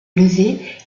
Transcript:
lever